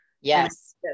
Yes